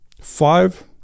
five